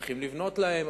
צריכים לבנות להם,